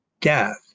death